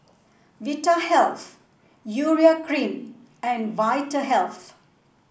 Vitahealth Urea Cream and Vitahealth